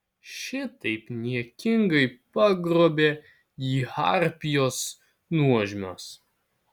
šitaip niekingai pagrobė jį harpijos nuožmios